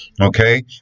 okay